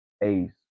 ace